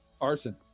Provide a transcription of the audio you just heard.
Arson